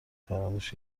فراموش